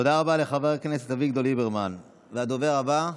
תודה רבה לחבר הכנסת אביגדור ליברמן, והדובר הבא,